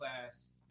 class